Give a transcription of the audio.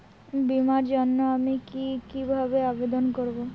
বিমার জন্য আমি কি কিভাবে আবেদন করব?